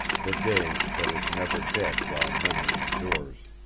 the day that is never dead while memory endures.